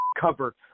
cover